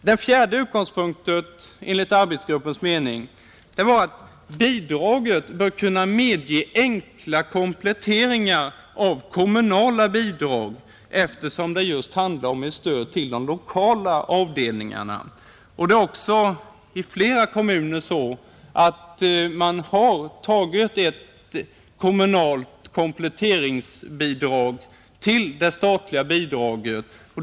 Den fjärde utgångspunkten enligt arbetsgruppens mening var att bidraget bör kunna medge enkla kompletteringar av kommunala bidrag eftersom det just handlar om ett stöd till de lokala avdelningarna. Det är också så i flera kommuner, att man tagit ett kommunalt kompletteringsbidrag till det statliga bidraget.